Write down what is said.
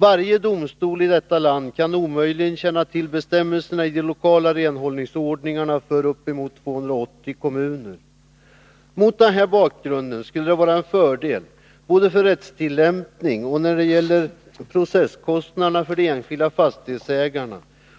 Varje domstol i detta land kan omöjligen känna till Mot denna bakgrund skulle det vara en fördel både för rättstillämpning och när det gäller processkostnaderna för de enskilda fastighetsägarna